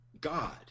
God